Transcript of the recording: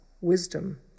wisdom